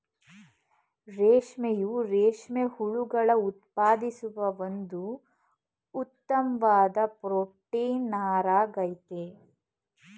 ರೇಷ್ಮೆಯು ರೇಷ್ಮೆ ಹುಳುಗಳು ಉತ್ಪಾದಿಸುವ ಒಂದು ಉತ್ತಮ್ವಾದ್ ಪ್ರೊಟೀನ್ ನಾರಾಗಯ್ತೆ